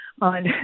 on